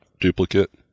duplicate